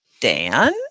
Dan